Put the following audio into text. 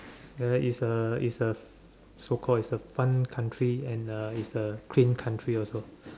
there it's a it's a so called it's a fun country and uh it's a clean country also